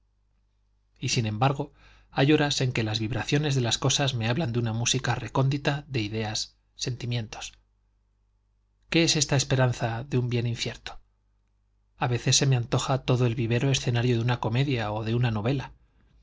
y sin embargo hay horas en que las vibraciones de las cosas me hablan de una música recóndita de ideas sentimientos qué es esta esperanza de un bien incierto a veces se me antoja todo el vivero escenario de una comedia o de una novela